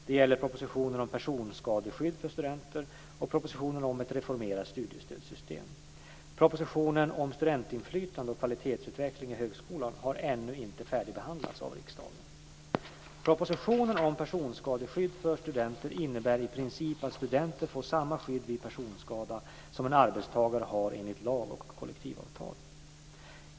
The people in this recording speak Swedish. Det gäller proposition Propositionen om personskadeskydd för studenter innebär i princip att studenterna får samma skydd vid personskada som en arbetstagare har enligt lag och kollektivavtal.